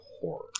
horror